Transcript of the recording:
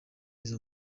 izi